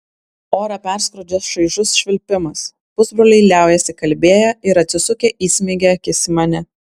orą perskrodžia šaižus švilpimas pusbroliai liaujasi kalbėję ir atsisukę įsmeigia akis į mane